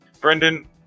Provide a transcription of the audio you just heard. Brendan